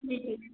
जी जी